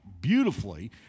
Beautifully